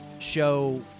show